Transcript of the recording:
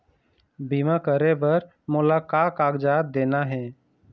बीमा करे बर मोला का कागजात देना हे?